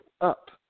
up